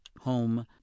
home